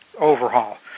overhaul